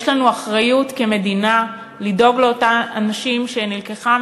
יש לנו אחריות כמדינה לדאוג לאותם אנשים שנלקחה